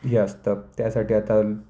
हे असतं त्यासाठी आता